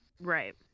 Right